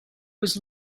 was